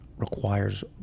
requires